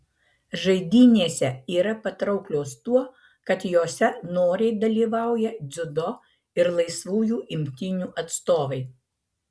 žaidynėse yra patrauklios tuo kad jose noriai dalyvauja dziudo ir laisvųjų imtynių atstovai